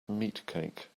meatcake